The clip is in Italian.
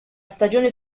stagione